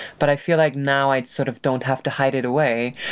but i feel like now i sort of don't have to hide it away.